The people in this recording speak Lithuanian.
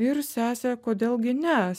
ir sesė kodėl gi ne